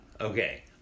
Okay